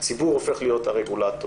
הציבור הופך להיות הרגולטור.